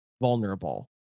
vulnerable